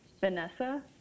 Vanessa